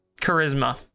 charisma